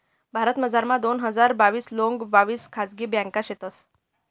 भारतमझार दोन हजार बाविस लोंग बाविस खाजगी ब्यांका शेतंस